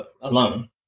alone